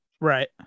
Right